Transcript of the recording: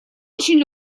очень